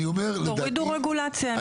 אני אומר --- תורידו רגולציה.